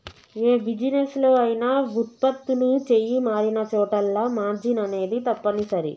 యే బిజినెస్ లో అయినా వుత్పత్తులు చెయ్యి మారినచోటల్లా మార్జిన్ అనేది తప్పనిసరి